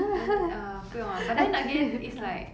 then uh 不用 ah but then again it's like